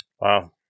wow